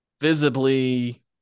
visibly